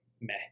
Meh